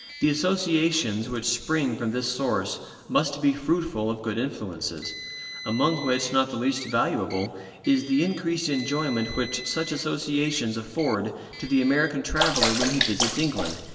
the associations which spring from this source must be fruitful of good influences among which not the least valuable is the increased enjoyment which such associations afford to the american traveller when he visits england,